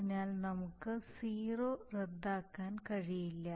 അതിനാൽ നമുക്ക് സീറോ റദ്ദാക്കാൻ കഴിയില്ല